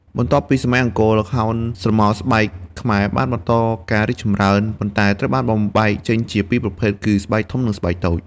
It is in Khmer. បន្ទាប់ពីសម័យអង្គរ ល្ខោនស្រមោលស្បែកខ្មែរបានបន្តមានការរីកចម្រើន ប៉ុន្តែត្រូវបានបំបែកចេញជាពីរប្រភេទគឺស្បែកធំនិងស្បែកតូច។